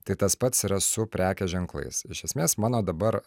tai tas pats yra su prekės ženklais iš esmės mano dabar